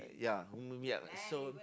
ya so